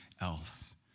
else